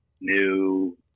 new